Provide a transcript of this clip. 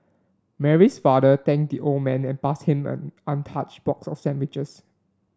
Mary's father thanked the old man and passed him an untouched box of sandwiches